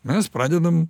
mes pradedam